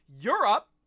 Europe